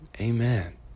Amen